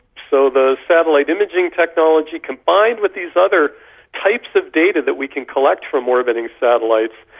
so the satellite imaging technology, combined with these other types of data that we can collect from orbiting satellites,